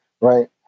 Right